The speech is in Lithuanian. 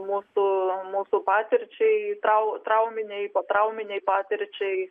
mūsų mūsų patirčiai trau trauminei potrauminei patirčiai